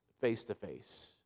face-to-face